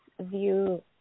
view